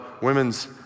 women's